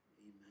Amen